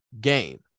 game